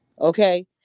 Okay